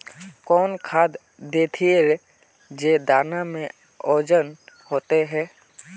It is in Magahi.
कौन खाद देथियेरे जे दाना में ओजन होते रेह?